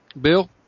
Bill